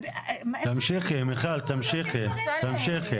תמשיכי מיכל, תמשיכי.